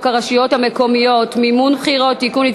הרשויות המקומיות (מימון בחירות) (תיקון,